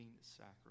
sacrifice